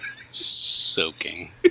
Soaking